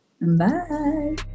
Bye